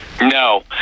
No